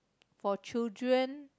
for children